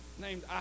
named